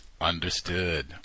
understood